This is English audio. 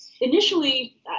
initially